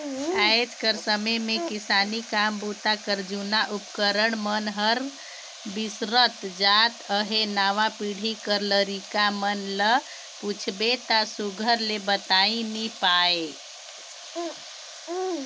आएज कर समे मे किसानी काम बूता कर जूना उपकरन मन हर बिसरत जात अहे नावा पीढ़ी कर लरिका मन ल पूछबे ता सुग्घर ले बताए नी पाए